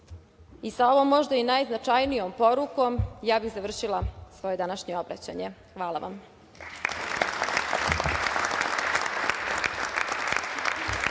Sa ovom možda i najznačajnijom porukom ja bih završila svoje današnje obraćanje. Hvala vam.